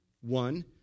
One